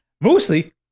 Mostly